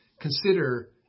consider